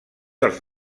dels